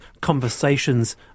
conversations